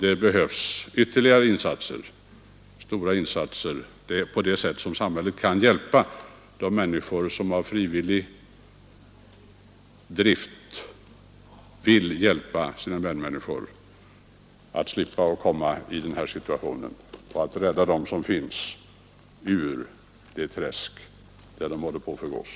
Det behövs ytterligare stora insatser. Endast tack vare dem, vilka har en drift att ingripa frivilligt och på ett personligt sätt, kan samhället hjälpa människor från att komma i den här situationen och rädda dem som drabbats av knarket upp ur det träsk, där de håller på att förgås.